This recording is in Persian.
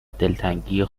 دلتنگی